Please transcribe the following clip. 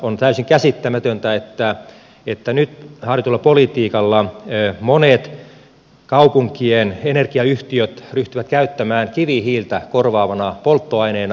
on täysin käsittämätöntä että nyt harjoitetulla politiikalla monet kaupunkien energiayhtiöt ryhtyvät käyttämään kivihiiltä korvaavana polttoaineena